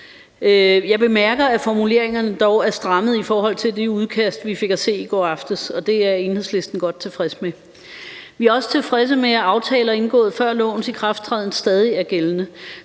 Jeg bemærker, at formuleringerne dog er strammet i forhold til i det udkast, vi fik at se i går aftes, og det er Enhedslisten godt tilfredse med. Vi er også tilfredse med, at aftaler indgået før lovens ikrafttræden stadig er gældende.